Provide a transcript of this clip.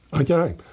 Okay